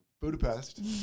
Budapest